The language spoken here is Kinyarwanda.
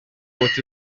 umuti